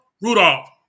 Rudolph